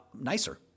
nicer